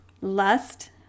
Lust